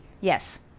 Yes